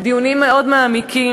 בדיונים מאוד מעמיקים,